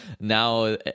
now